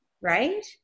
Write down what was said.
Right